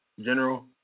general